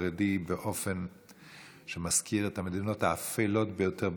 החרדי באופן שמזכיר את המדינות האפלות ביותר,